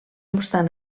obstant